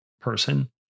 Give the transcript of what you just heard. person